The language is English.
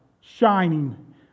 shining